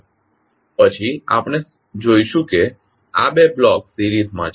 પછી આપણે જોઈશું કે આ બે બ્લોક્સ સિરીઝમાં છે